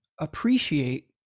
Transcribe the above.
appreciate